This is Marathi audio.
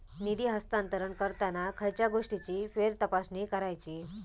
निधी हस्तांतरण करताना खयच्या गोष्टींची फेरतपासणी करायची?